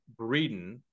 Breeden